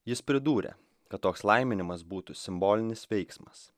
jis pridūrė kad toks laiminimas būtų simbolinis veiksmas